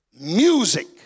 music